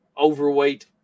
overweight